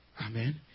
Amen